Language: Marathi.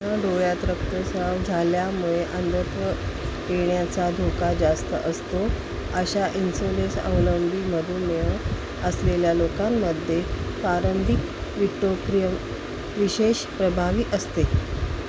न डोळ्यात रक्तस्त्राव झाल्यामुळे अंधत्व येण्याचा धोका जास्त असतो अशा इन्सुलस अवलंबीमधून असलेल्या लोकांमध्ये पारंभिक विटोप्रियम विशेष प्रभावी असते